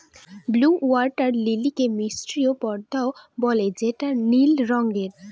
blue water লিলিকে মিসরীয় পদ্মাও বলে যেটা নীল রঙের